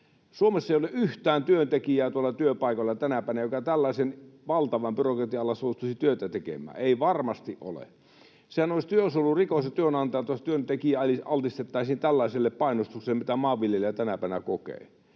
Suomessa ei ole yhtään työntekijää tuolla työpaikoilla tänäpänä, joka tällaisen valtavan byrokratian alla suostuisi työtä tekemään. Ei varmasti ole. Sehän olisi työsuojelurikos työnantajalta, jos työntekijä altistettaisiin tällaiselle painostukselle, mitä maanviljelijä tänäpänä kokee.